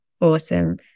Awesome